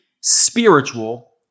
spiritual